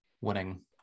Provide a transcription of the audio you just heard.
winning